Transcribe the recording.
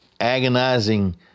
agonizing